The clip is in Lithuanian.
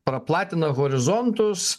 praplatina horizontus